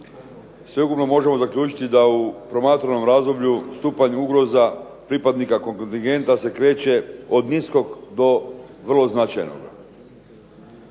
Sveukupno možemo zaključiti da u promatranom razdoblju stupanj ugroza pripadnika kontingenta se kreće od niskog do vrlo značajnoga.